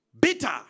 Bitter